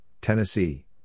Tennessee